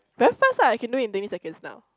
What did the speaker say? very fast lah if I can do it in twenty seconds now